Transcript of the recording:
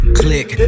click